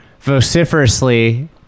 vociferously